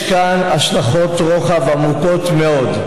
יש כאן השלכות רוחב עמוקות מאוד,